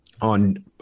on